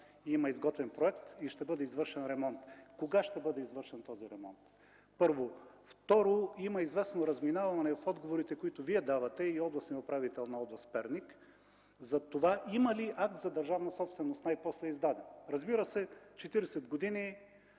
че има изготвен проект и ще бъде извършен ремонт. Кога ще бъде извършен този ремонт? Първо. Второ, има известно разминаване в отговорите, които Вие давате, и областния управител на област Перник за това има ли най-после издаден акт за държавна собственост. Разбира се, 40 години